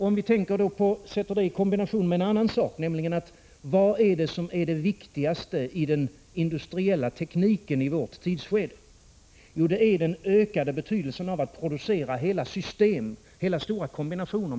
Om vi sätter det i kombination med en annan sak, nämligen vad som är det viktigaste i den industriella tekniken i vårt tidsskede, finner vi att det är den ökade betydelsen av att producera hela system, hela stora kombinationer.